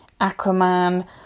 Aquaman